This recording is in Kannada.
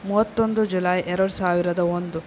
ಮೂವತ್ತೊಂದು ಜುಲೈ ಎರಡು ಸಾವಿರದ ಒಂದು